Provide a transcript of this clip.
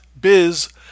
biz